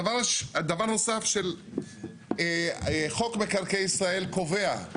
דבר נוסף של חוק מקרקעי ישראל קובע,